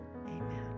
amen